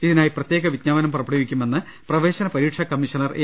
ഇതിനായി പ്രത്യേക വിജ്ഞാപനം പുറപ്പെടുവിക്കുമെന്ന് പ്രവേശന പരീക്ഷാ കമ്മീഷണർ എ